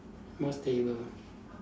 more stable ah